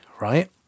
right